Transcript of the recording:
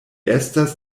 estas